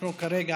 כרגע